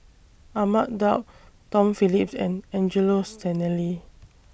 Ahmad Daud Tom Phillips and Angelo Sanelli